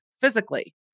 physically